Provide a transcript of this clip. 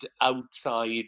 outside